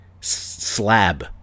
slab